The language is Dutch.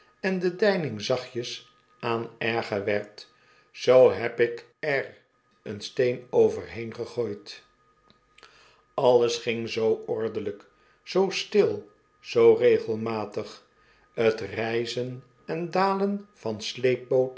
en de deining zachtjes aan erger werd zoo heb ik er een steen overheen gegooid alles ging zoo ordelijk zoo stil zoo regelmatig t rijzen en dalen van